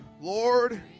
Lord